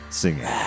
singing